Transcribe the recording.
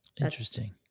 Interesting